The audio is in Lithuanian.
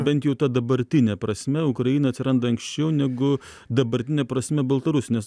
bent jau ta dabartine prasme ukraina atsiranda anksčiau negu dabartine prasme baltarusija nes